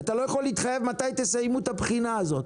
אתה לא יכול להתחייב מתי תסיימו את הבחינה הזאת.